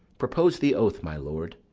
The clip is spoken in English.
propose the oath, my lord.